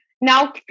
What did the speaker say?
now